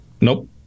nope